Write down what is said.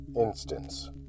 Instance